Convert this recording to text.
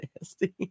nasty